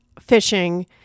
fishing